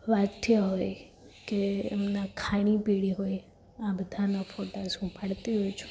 વાદ્ય હોય કે એમના ખાણીપીણી હોય આ બધાના ફોટાસ હું પાડતી હોઉં છું